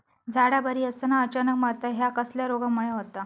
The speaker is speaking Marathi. झाडा बरी असताना अचानक मरता हया कसल्या रोगामुळे होता?